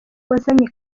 wazanye